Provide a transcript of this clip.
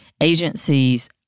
agencies